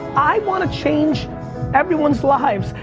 i wanna change everyone's lives.